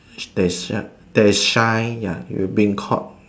there's sh~ there is shy ya you being caught